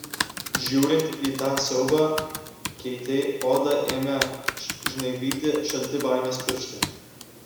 žiūrint į tą siaubą keitei odą ėmė žnaibyti šalti baimės pirštai